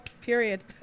period